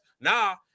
Nah